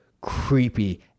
creepy